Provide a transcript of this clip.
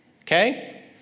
okay